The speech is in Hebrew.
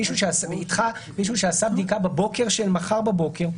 מישהו שעשה בדיקה בבוקר של מחר בבוקר.